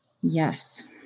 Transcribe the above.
Yes